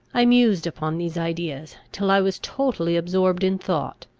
i mused upon these ideas, till i was totally absorbed in thought.